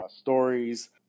stories